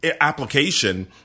application